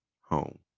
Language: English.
Home